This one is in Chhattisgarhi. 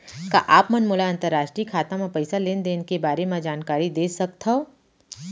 का आप मन मोला अंतरराष्ट्रीय खाता म पइसा लेन देन के बारे म जानकारी दे सकथव?